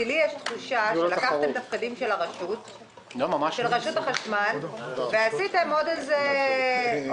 יש לי תחושה שלקחתם את הפקידים של רשות החשמל ועשיתם עוד מנגנון.